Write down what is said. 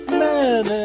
men